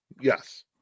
Yes